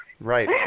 Right